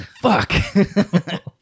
Fuck